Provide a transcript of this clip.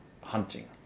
hunting